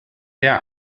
der